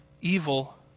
evil